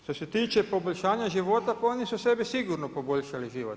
Što se tiče poboljšanja života, pa oni su sebi sigurno poboljšali život.